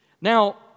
Now